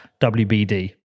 WBD